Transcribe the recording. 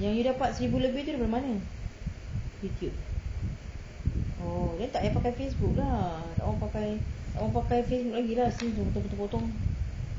yang you dapat seribu lebih tu dari mana youtube oh then tak payah pakai facebook lah tak mahu pakai tak mahu pakai facebook lagi lah since dia potong potong potong